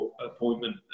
appointment